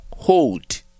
hold